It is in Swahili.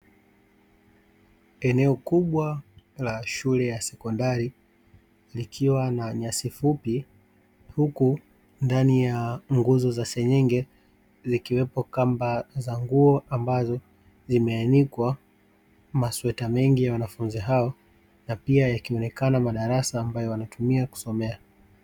Eneo kubwa la shule ya sekondari likiwa na nyasi fupi, huku ndani ya nguzo za senyenge zikiwepo kamba za nguo ambazo zimeanikwa masweta mengi ya wanafunzi hao na pia yakionekana madarasa ambayo wanatumia kusomea.